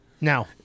Now